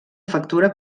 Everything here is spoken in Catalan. factura